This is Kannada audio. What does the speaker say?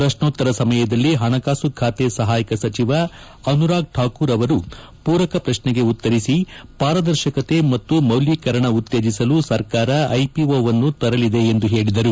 ಪ್ರಶ್ನೋತ್ತರ ಸಮಯದಲ್ಲಿ ಹಣಕಾಸು ಖಾತೆ ಸಹಾಯಕ ಸಚಿವ ಅನುರಾಗ್ ಠಾಕೂರ್ ಅವರು ಪೂರಕ ಪ್ರಶ್ನೆಗೆ ಉತ್ತರಿಸಿ ಪಾರದರ್ಶಕತೆ ಮತ್ತು ಮೌಲ್ಲೀಕರಣ ಉತ್ತೇಜಿಸಲು ಸರ್ಕಾರ ಐಪಿಒವನ್ನು ತರಲಿದೆ ಎಂದು ಹೇಳಿದರು